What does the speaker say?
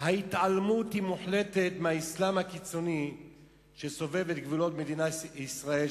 ההתעלמות מהאסלאם הקיצוני שסובב את גבולות מדינת ישראל,